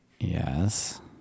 Yes